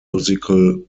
musical